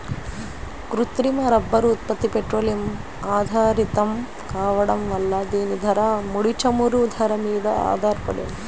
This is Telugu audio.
కృత్రిమ రబ్బరు ఉత్పత్తి పెట్రోలియం ఆధారితం కావడం వల్ల దీని ధర, ముడి చమురు ధర మీద ఆధారపడి ఉంటుంది